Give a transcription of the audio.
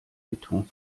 beton